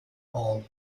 all